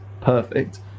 perfect